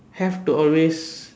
have to always